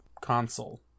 console